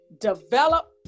develop